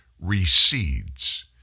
recedes